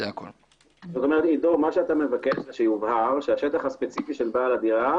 אתה מבקש שיובהר שהשטח הספציפי של בעל הדירה